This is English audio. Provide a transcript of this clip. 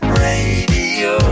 radio